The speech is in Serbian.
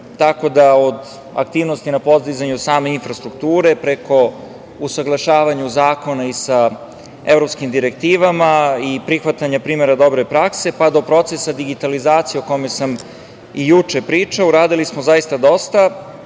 tako da od aktivnosti na podizanju same infrastrukture, preko usaglašavanja zakona sa evropskim direktivama i prihvatanja primera dobre prakse, pa do procesa digitalizacije o kojoj sam i juče pričao, uradili smo zaista dosta